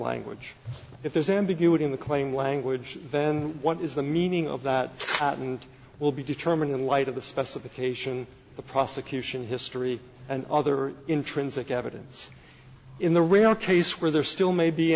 language if there's ambiguity in the claim language then what is the meaning of that patent will be determined in light of the specification of prosecution history and other intrinsic evidence in the real case where there still may be